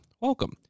welcome